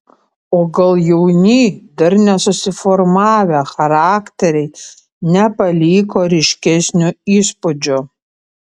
o gal jauni dar nesusiformavę charakteriai nepaliko ryškesnio įspūdžio